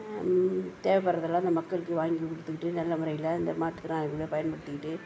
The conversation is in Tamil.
தேவைப்படுறதெல்லாம் அந்த மக்களுக்கு வாங்கி கொடுத்துகிட்டு நல்ல முறையில் அந்த மாற்றுத்திறனாளிகளை பயன்படுத்திக்கிட்டு